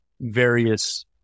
various